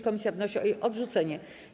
Komisja wnosi o jej odrzucenie.